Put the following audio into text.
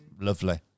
lovely